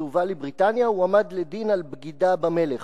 הובא לבריטניה והועמד לדין על בגידה במלך,